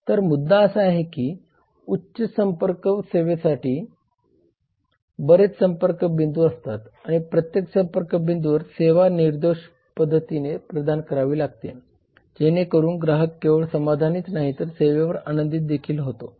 तर मुद्दा असा आहे की उच्च संपर्क सेवेसाठी बरेच संपर्क बिंदू असतात आणि प्रत्येक संपर्क बिंदूवर सेवा निर्दोष पद्धतीने प्रदान करावी लागते जेणेकरून ग्राहक केवळ समाधानीच नाही तर सेवेवर आनंदित देखील होतो